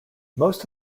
most